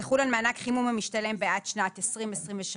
יחול על מענק חימום המשתלם בעד שנת 2023,